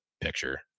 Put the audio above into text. picture